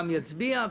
גם אצביע,